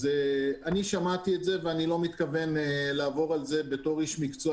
אז שמעתי את זה ואני לא מתכוון לעבור על זה בתור איש מקצוע,